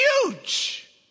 huge